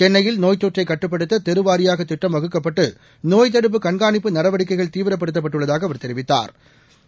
சென்னையில் நோய் தொற்றை கட்டுப்படுத்த தெருவாரியாக திட்டம் வகுக்கப்பட்டு நோய் தடுப்பு கண்காணிப்பு நடவடிக்கைகள் தீவிரப்படுத்தப் பட்டுள்ளதாக அவா் தெரிவித்தாா்